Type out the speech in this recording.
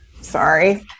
Sorry